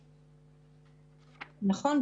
נכון.